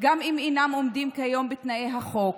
גם אם אינם עומדים כיום בתנאי החוק.